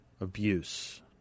abuse